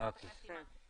חברת הכנסת אימאן.